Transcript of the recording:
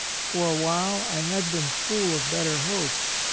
for a while i had been full of better hopes,